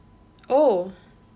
oh